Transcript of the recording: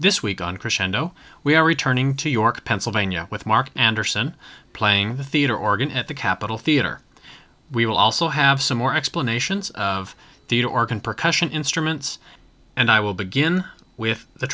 this week on crescendo we are returning to york pennsylvania with mark anderson playing the theater organ at the capitol theater we will also have some more explanations of the organ percussion instruments and i will begin with the